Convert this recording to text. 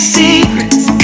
secrets